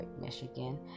Michigan